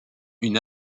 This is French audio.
une